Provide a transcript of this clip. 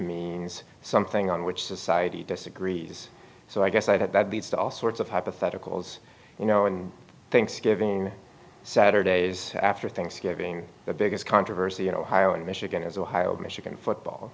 means something on which society disagrees so i guess i'd add that leads to all sorts of hypotheticals you know and thanksgiving saturdays after thanksgiving the biggest controversy in ohio and michigan is ohio michigan football